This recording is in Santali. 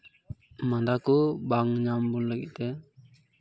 ᱢᱟᱫᱟ ᱠᱚ ᱵᱟᱝ ᱧᱟᱢ ᱞᱟᱹᱜᱤᱫ ᱛᱮ